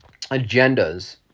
agendas